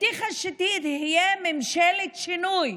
הבטיחה שתהיה ממשלת שינוי,